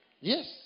Yes